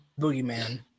Boogeyman